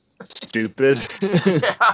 Stupid